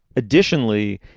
additionally,